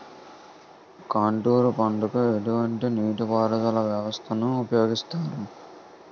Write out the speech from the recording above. Contour పంటకు ఎటువంటి నీటిపారుదల వ్యవస్థను ఉపయోగిస్తారు?